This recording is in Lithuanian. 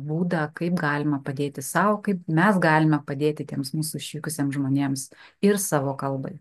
būdą kaip galima padėti sau kaip mes galime padėti tiems mūsų išvykusiems žmonėms ir savo kalbai